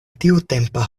tiutempa